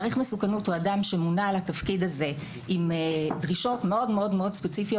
מעריך מסוכנות הוא אדם שמונה לתפקיד הזה עם דרישות מאוד-מאוד ספציפיות